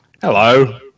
hello